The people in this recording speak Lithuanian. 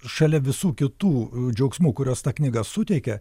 šalia visų kitų džiaugsmų kuriuos ta knyga suteikia